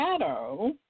shadow